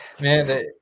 man